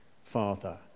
Father